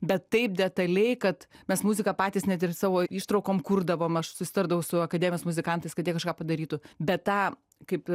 bet taip detaliai kad mes muziką patys net ir savo ištraukom kurdavom aš susitardavau su akademijos muzikantais kad jie kažką padarytų bet tą kaip